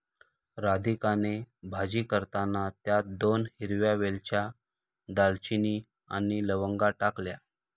राधिकाने भाजी करताना त्यात दोन हिरव्या वेलच्या, दालचिनी आणि लवंगा टाकल्या